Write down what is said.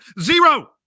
Zero